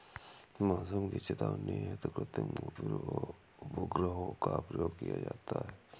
मौसम की चेतावनी हेतु कृत्रिम उपग्रहों का प्रयोग किया जाता है